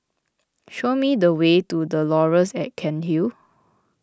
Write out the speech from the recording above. show me the way to the Laurels at Cairnhill